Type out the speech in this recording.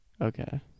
Okay